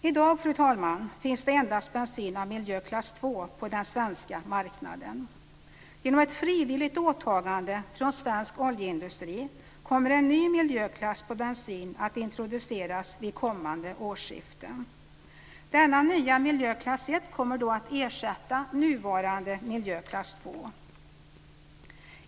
I dag, fru talman, finns det endast bensin av miljöklass 2 på den svenska marknaden. Genom ett frivilligt åtagande från svensk oljeindustri kommer en ny miljöklass på bensin att introduceras vid kommande årsskifte. Denna nya miljöklass 1 kommer då att ersätta nuvarande miljöklass 2.